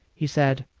he said